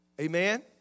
Amen